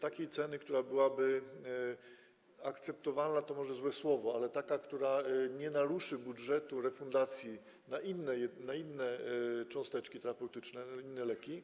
takiej ceny, która byłaby akceptowalna - to może złe słowo - taka, że nie naruszy budżetu refundacji na inne cząsteczki terapeutyczne, na inne leki.